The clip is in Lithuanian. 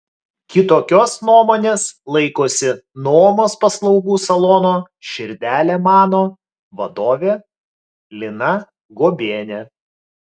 kitokios nuomonės laikosi nuomos paslaugų salono širdele mano vadovė lina guobienė